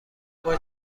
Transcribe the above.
موج